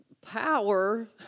power